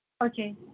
Okay